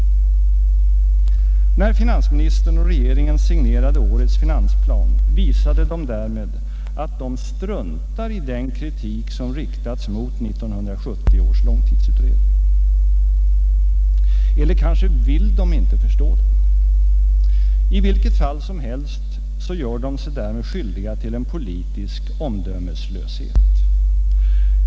När finansministern och regeringen signerade årets finansplan visade de därmed att de struntar i den kritik som riktats mot 1970 års långtidsutredning. Eller kanske vill de inte förstå den. I vilket fall som helst, regeringen gör sig därmed skyldig till en politisk omdömeslöshet.